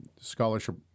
scholarship